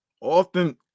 Often